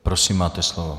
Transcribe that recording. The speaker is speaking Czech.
Prosím, máte slovo.